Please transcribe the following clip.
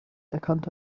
erkannte